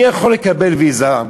מי יכול לקבל ויזה?